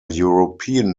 european